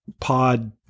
pod